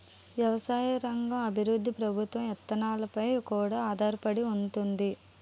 ఎవసాయ రంగ అభివృద్ధి ప్రభుత్వ ఇదానాలపై కూడా ఆధారపడి ఉంతాది